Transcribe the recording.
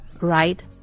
right